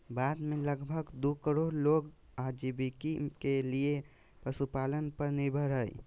भारत में लगभग दू करोड़ लोग आजीविका के लिये पशुपालन पर निर्भर हइ